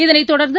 இதனைத் தொடர்ந்து